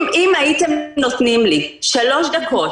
אם הייתם נותנים לי שלוש דקות,